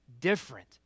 different